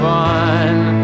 one